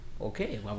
Okay